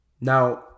Now